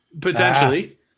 Potentially